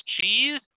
cheese